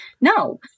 no